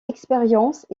expériences